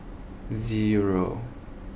zero